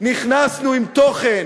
נכנסנו עם תוכן.